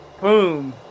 boom